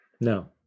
No